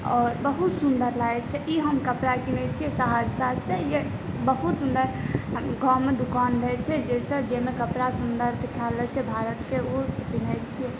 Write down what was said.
आओर बहुत सुन्दर लागै छै ई हम कपड़ा कीनै छियै सहरसासे ई बहुत सुन्दर गाँवमे दुकान रहै छै जाहिसॅं जाहिमे कपड़ा सुन्दर दिखायल रहै छै भारतके ओ पिनहै छीयै